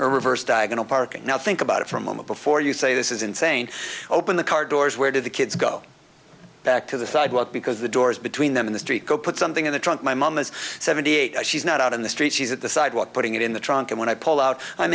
reverse diagonal parking now think about it for a moment before you say this is insane open the car doors where do the kids go back to the sidewalk because the doors between them in the street go put something in the trunk my mom is seventy eight she's not out in the street she's at the sidewalk putting it in the trunk and when i pull out i'm